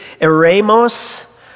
eremos